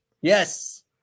Yes